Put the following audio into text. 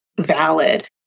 valid